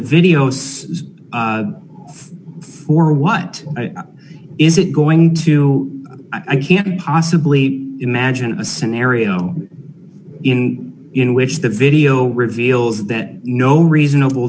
videos for what is it going to i can't possibly imagine a scenario in which the video reveals that no reasonable